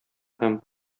һәм